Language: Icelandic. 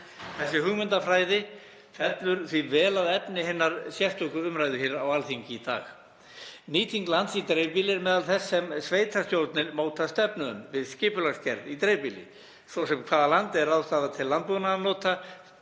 Þessi hugmyndafræði fellur því vel að efni hinnar sérstöku umræðu hér á Alþingi í dag. Nýting lands í dreifbýli er meðal þess sem sveitarstjórnir móta stefnu um, við skipulagsgerð í dreifbýli, svo sem hvaða landi er ráðstafað til landbúnaðarnota